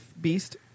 Beast